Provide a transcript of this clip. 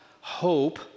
hope